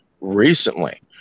recently